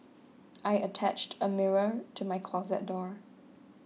I attached a mirror to my closet door